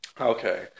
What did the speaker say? Okay